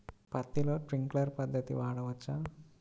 పత్తిలో ట్వింక్లర్ పద్ధతి వాడవచ్చా?